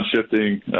shifting